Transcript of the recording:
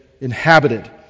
inhabited